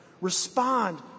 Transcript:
respond